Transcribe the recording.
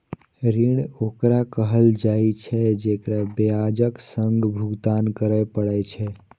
ऋण ओकरा कहल जाइ छै, जेकरा ब्याजक संग भुगतान करय पड़ै छै